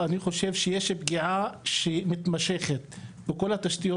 אני חושב שיש פגיעה מתמשכת בכל התשתיות,